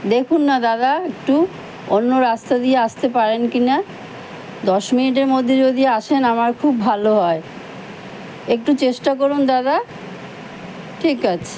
দেখুন না দাদা একটু অন্য রাস্তা দিয়ে আসতে পারেন কি না দশ মিনিটের মধ্যে যদি আসেন আমার খুব ভালো হয় একটু চেষ্টা করুন দাদা ঠিক আছে